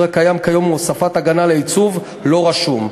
הקיים כיום הוא הוספת הגנה לעיצוב לא רשום.